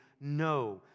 No